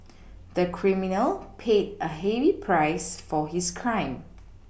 the criminal paid a heavy price for his crime